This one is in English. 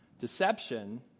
Deception